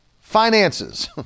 finances